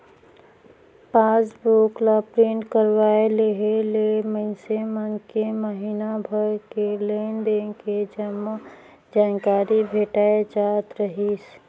passbook ला print करवाये लेहे ले मइनसे मन के महिना भर के लेन देन के जम्मो जानकारी भेटाय जात रहीस